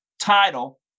title